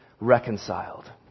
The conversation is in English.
reconciled